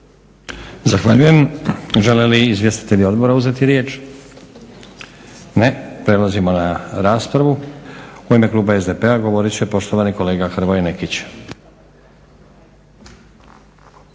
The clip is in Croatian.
Zahvaljujem. Žele li izvjestitelji odbora uzeti riječ? Ne. Prelazimo na raspravu. U ime kluba SDP-a govorit će poštovani kolega Hrvoje Nekić.